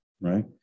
right